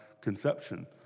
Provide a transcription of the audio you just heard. conception